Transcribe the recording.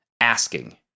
asking